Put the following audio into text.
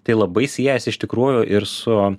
tai labai siejasi iš tikrųjų ir su